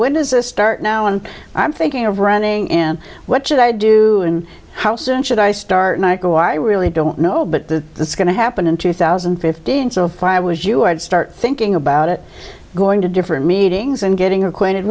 when does this start now and i'm thinking of running in what should i do and how soon should i start and i go i really don't know but the this is going to happen in two thousand and fifteen so if i was you i'd start thinking about it going to different meetings and getting acquainted